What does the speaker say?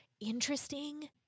interesting